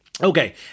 Okay